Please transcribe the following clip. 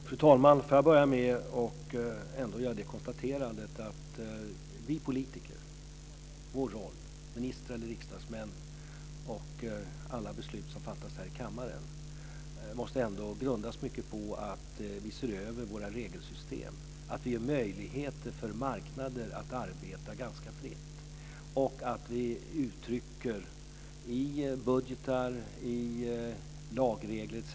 Fru talman! Rollen för oss politiker, för ministrar och riksdagsmän - det gäller då alla beslut som fattas här i kammaren - måste ändå mycket grundas på att vi ser över våra regelsystem och på att vi ger marknaden möjligheter att arbeta ganska fritt och på att vi i budgetar, i lagregler etc.